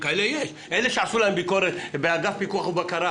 לאלה שעשו ביקורת שכר באגף פיקוח ובקרה,